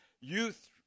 youth